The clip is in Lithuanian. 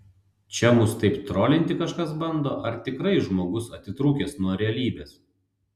čia mus taip trolinti kažkas bando ar tikrai žmogus atitrūkęs nuo realybės